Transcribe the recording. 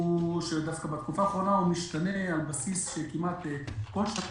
שבתקופה האחרונה הוא משתנה כמעט כל שנה,